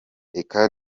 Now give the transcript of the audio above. reka